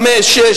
חמישה,